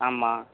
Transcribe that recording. ஆமாம்